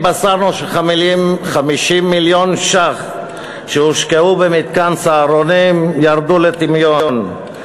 התבשרנו ש-50 מיליון ש"ח שהושקעו במתקן "סהרונים" ירדו לטמיון,